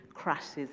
Crashes